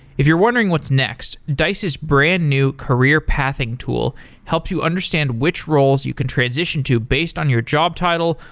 if you're wondering what's next, dice's brand new career pathing tool helps you understand which roles you can transition to based on your job title,